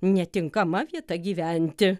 netinkama vieta gyventi